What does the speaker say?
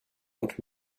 und